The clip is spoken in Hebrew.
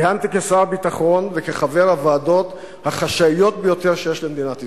כיהנתי כשר הביטחון וכחבר הוועדות החשאיות ביותר שיש למדינת ישראל.